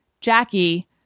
Jackie